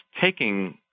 taking